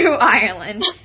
Ireland